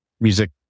music